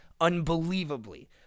unbelievably